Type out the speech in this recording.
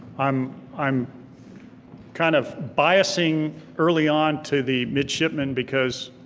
i'm i'm kind of biasing early on to the midshipmen because